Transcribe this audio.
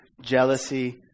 jealousy